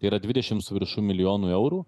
tai yra dvidešim su viršum milijonų eurų